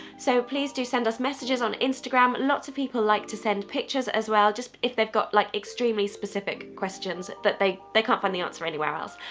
so, please do send us messages on instagram. lots of people like to send pictures as well just if they've got like extremely specific questions that they they can't find the answer anywhere else.